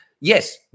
yes